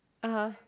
(uh huh)